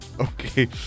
Okay